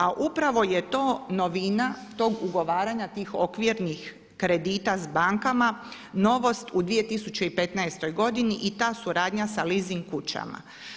A upravo je to novina tog ugovaranja tih okvirnih kredita s bankama novost u 2015. godini i ta suradnja sa leasing kućama.